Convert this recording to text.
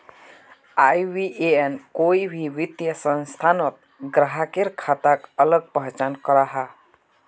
IBAN कोई भी वित्तिय संस्थानोत ग्राह्केर खाताक अलग पहचान कराहा